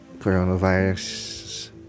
coronavirus